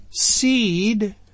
seed